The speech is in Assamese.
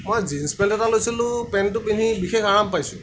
মই জীনছ্ পেণ্ট এটা লৈছিলোঁ পেণ্টটো পিন্ধি বিশেষ আৰাম পাইছোঁ